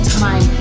time